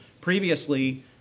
previously